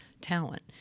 talent